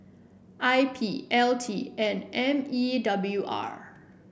I P L T and M E W R